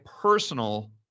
personal